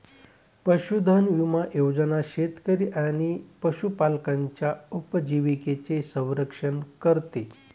पशुधन विमा योजना शेतकरी आणि पशुपालकांच्या उपजीविकेचे संरक्षण करते